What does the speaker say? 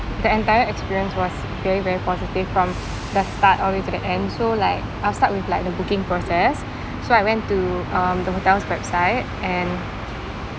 the entire experience was very very positive from the start all the way to the end so like I'll start with like the booking process so I went to um the hotel's website and